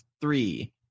Three